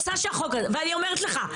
ואני אומרת לך,